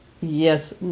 Yes